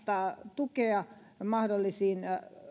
tukea mahdollisiin